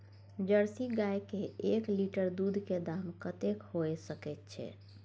Jersey गाय के एक लीटर दूध के दाम कतेक होय सके छै?